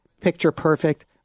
picture-perfect